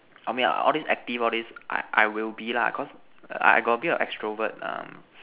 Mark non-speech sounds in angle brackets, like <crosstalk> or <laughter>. for me all these active all these I I will be lah cause I got a bit of extrovert um <noise>